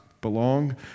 belong